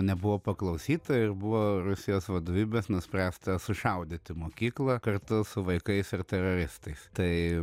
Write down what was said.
nebuvo paklausyta ir buvo rusijos vadovybės nuspręsta sušaudyti mokyklą kartu su vaikais ir teroristais tai